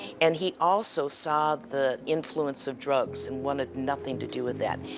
and he also saw the influence of drugs and wanted nothing to do with that.